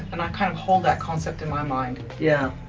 and i kind of hold that concept in my mind. yeah.